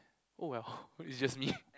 oh well it's just me